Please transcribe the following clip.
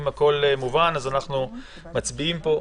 אם הכול מובן אז נצביע פה.